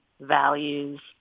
values